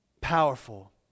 powerful